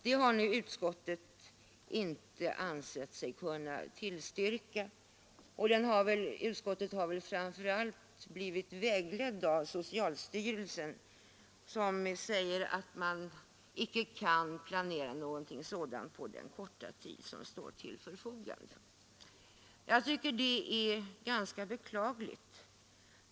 Detta har utskottet inte ansett sig kunna tillstyrka. Utskottet har väl framför allt blivit väglett av socialstyrelsen, som säger sig icke kunna planera någonting sådant på den korta tid som står till förfogande. Det är ganska beklagligt.